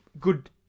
good